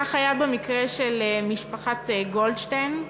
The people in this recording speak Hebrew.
כך היה במקרה של משפחת גולדשטיין,